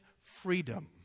freedom